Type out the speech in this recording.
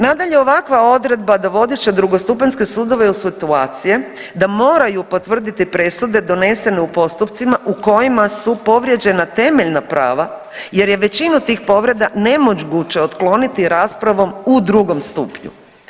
Nadalje, ovakva odredba dovodit će drugostupanjske sudove u situacije da moraju potvrditi presude donesene u postupcima u kojima su povrijeđena temeljna prava jer je većinu tih povreda nemoguće otkloniti raspravom u drugom stupnju.